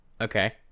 Okay